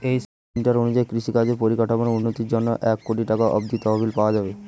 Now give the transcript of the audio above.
এই স্কিমটার অনুযায়ী কৃষিকাজের পরিকাঠামোর উন্নতির জন্যে এক কোটি টাকা অব্দি তহবিল পাওয়া যাবে